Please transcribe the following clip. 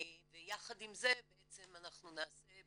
ויחד עם זה בעצם אנחנו נעשה,